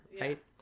Right